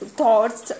thoughts